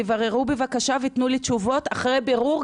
תבררו בבקשה ותנו לי תשובות אחרי בירור,